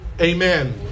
amen